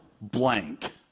blank